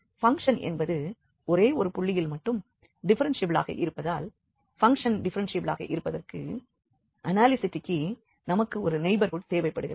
function என்பது ஒரே ஒரு புள்ளியில் மட்டும் டிஃப்ஃபெரென்ஷியபிளாக இருப்பதால் பங்க்ஷன் டிஃப்ஃபெரென்ஷியபிலளாக இருப்பதற்கு அனாலிசிட்டிக்கு நமக்கு ஒரு நெய்பர்ஹூட் தேவைப்படுகிறது